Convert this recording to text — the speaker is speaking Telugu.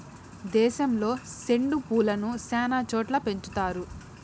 దేశంలో సెండు పూలను శ్యానా చోట్ల పెంచుతారు